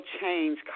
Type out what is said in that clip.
change